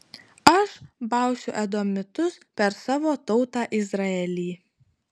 aš bausiu edomitus per savo tautą izraelį